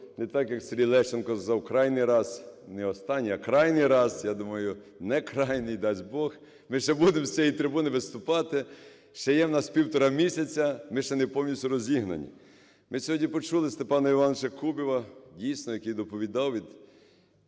не так, як Сергій Лещенко, за крайній раз – не останній, а крайній раз. Я думаю, не крайній, дасть Бог, ми ще будемо з цієї трибуни виступати. Ще є в нас півтора місяця, ми ще не повністю розігнані. Ми сьогодні почули Степана Івановича Кубіва, дійсно який доповідав від